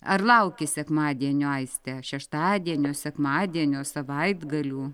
ar lauki sekmadienio aiste šeštadienio sekmadienio savaitgalių